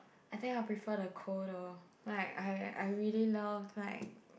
I think I'll prefer the cold though like I I really love like